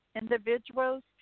individuals